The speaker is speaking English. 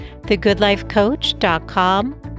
TheGoodLifeCoach.com